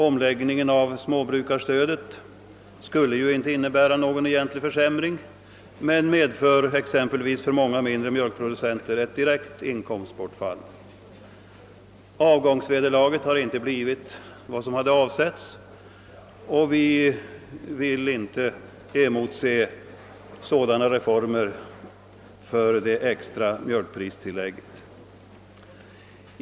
Omläggningen av småbrukarstödet skulle ju inte innebära någon egentlig försämring men medför ändå för exempelvis många mindre mjölkproducenter ett direkt inkomstbortfall. Avgångsvederlaget har inte heller blivit vad som avsågs. Vi vill inte emotse reformer av det extra mjölkpristillägget, som kan verka på samma sätt.